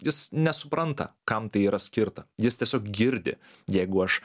jis nesupranta kam tai yra skirta jis tiesiog girdi jeigu aš